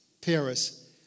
Paris